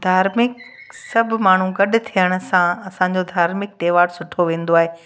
धार्मिक सभु माण्हू गॾु थियण सां असांजो धार्मिक त्योहार सुठो वेंदो आहे